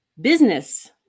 business